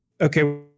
okay